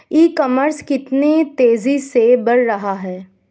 ई commerce कितनी तेजी से बढ़ रहा है?